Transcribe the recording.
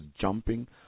jumping